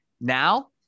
now